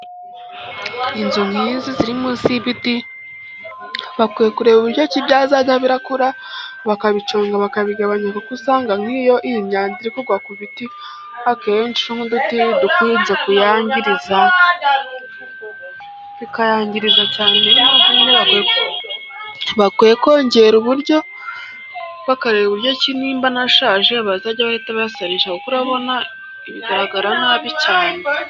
Inzu nk'izo ziri munsi y'ibiti, bakwiye kureba uburyo cyo byazarya birakura, bakabiconga, bakabigabanya kuko usanga nk'iyo iyi myanda iri kugwa ku biti, akenshi nk'uduti dukunze kuyangiza, bikayangiriza cyane n'iyopamvu nyine bakwiye kongera uburyo, bakareba uburyo cyocyi niba anashaje, bazajya bahita bayasarisha kuko utabona bigaragara nabi cyane.